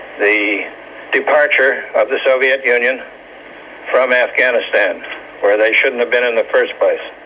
the departure of the soviet union from afghanistan where they shouldn't have been in the first place.